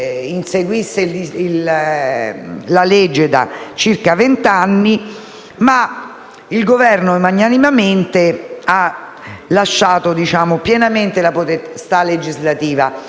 inseguisse la legge da circa vent'anni, il Governo ha magnanimamente lasciato la piena potestà legislativa